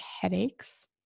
headaches